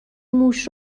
موش